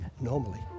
normally